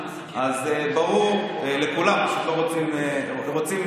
אז ברור לכולם, שפשוט לא רוצים.